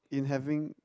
in having